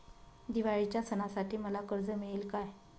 दिवाळीच्या सणासाठी मला कर्ज मिळेल काय?